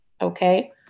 Okay